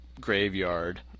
graveyard